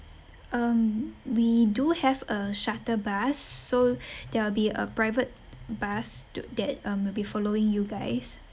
um we do have a shuttle bus so there will be a private bus to that um will be following you guys